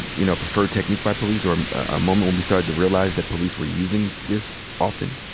and you know, preferred technique by police or a moment when we started to realize that police were using this often?